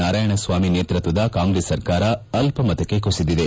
ನಾರಾಯಣಸ್ವಾಮಿ ನೇತೃತ್ವದ ಕಾಂಗ್ರೆಸ್ ಸರ್ಕಾರ ಅಲ್ಪಮತಕ್ಕೆ ಕುಸಿದಿದೆ